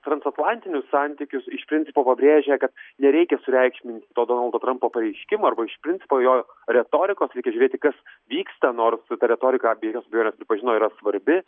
transatlantinius santykius iš principo pabrėžia kad nereikia sureikšminti to donaldo trampo pareiškimoarba iš principo jo retorikos ir žiūrėti kas vyksta nors ta retorika be jokios abejonės pripažino yra svarbi